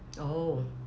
oh